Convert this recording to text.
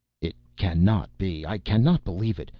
it cannot be, i cannot believe it.